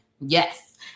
Yes